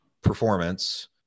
performance